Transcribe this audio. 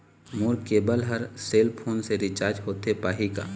मोर cable हर cell phone से recharge होथे पाही का?